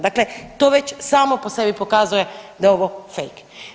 Dakle, to već samo po sebi pokazuje da je ovo fejk.